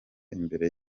imbere